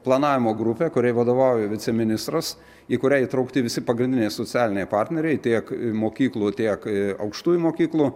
planavimo grupę kuriai vadovauja viceministras į kurią įtraukti visi pagrindiniai socialiniai partneriai tiek mokyklų tiek aukštųjų mokyklų